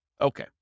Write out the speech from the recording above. Okay